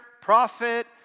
prophet